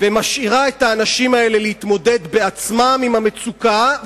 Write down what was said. ומשאירה את האנשים האלה להתמודד בעצמם עם המצוקה,